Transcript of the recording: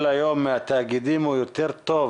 מקבל היום מהתאגידים הוא יותר טוב